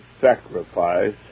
sacrifice